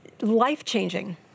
Life-changing